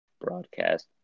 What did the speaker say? broadcast